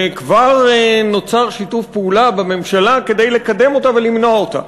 וכבר נוצר שיתוף פעולה בממשלה כדי לקדם אותה ולמנוע אותה.